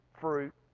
fruit